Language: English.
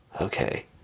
okay